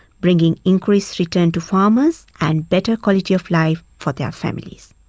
bringing increased return to farmers and better quality of life for their families.